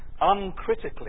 uncritically